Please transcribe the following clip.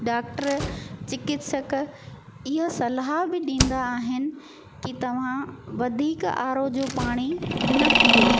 doctor चिकित्सक इहा सलाह बि ॾींदा आहिनि की तव्हां वधीक आरओ जो पाणी न पिओ